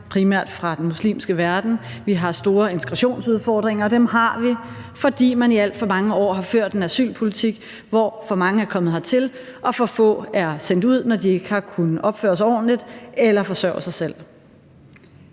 primært fra den muslimske verden. Vi har store integrationsudfordringer, og dem har vi, fordi man i alt for mange år har ført en asylpolitik, hvor for mange er kommet hertil, og hvor for få er sendt ud, når de ikke har kunnet opføre sig ordentligt eller forsørge sig selv.